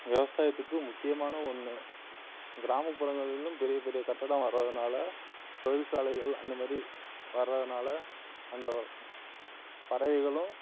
விவசாயத்துக்கு முக்கியமான ஒன்று கிராமப்புறங்களிலும் பெரிய பெரிய கட்டடம் வரதுனால தொழிற்சாலைகள் அந்த மாதிரி வரதுனால அந்த பறவைகளும்